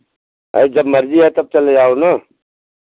हय जब मर्ज़ी है तब चले जाओ ना